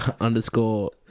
underscore